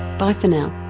bye for now